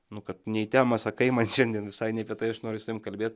nu kad nei į temą sakai man šiandien visai ne apie tai aš noriu su tavim kalbėt